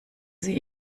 sie